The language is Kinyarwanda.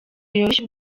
yoroshya